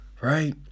right